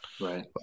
right